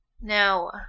No